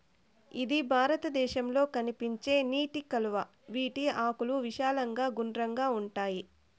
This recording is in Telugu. ఇది భారతదేశంలో కనిపించే నీటి కలువ, వీటి ఆకులు విశాలంగా గుండ్రంగా ఉంటాయి